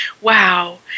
wow